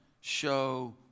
show